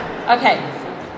okay